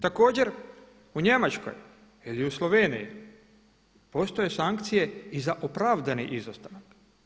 Također u Njemačkoj ili u Sloveniji postoje sankcije i za opravdani izostanak.